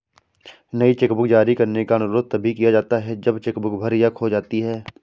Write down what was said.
नई चेकबुक जारी करने का अनुरोध तभी किया जाता है जब चेक बुक भर या खो जाती है